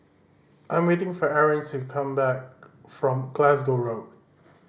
I'm waiting for Arron to come back from Glasgow Road